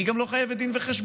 היא גם לא חייבת דין וחשבון,